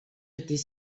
était